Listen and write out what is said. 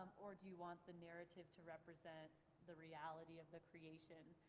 or do you want the narrative to represent the reality of the creation?